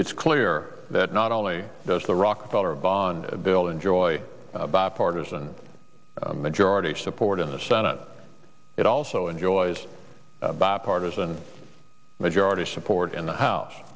it's clear that not only does the rockefeller bond bill enjoy bipartisan majority support in the senate it also enjoys bap partisan majority support in the house